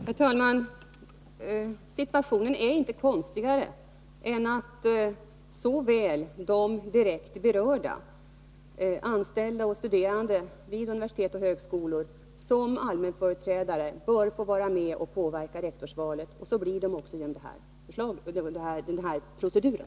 Herr talman! Situationen är inte konstigare än att såväl de direkt berörda — anställda och studerande vid universitet och högskolor — som allmänföreträdare bör få vara med och påverka rektorsvalet. Det får de också med den här proceduren.